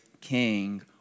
king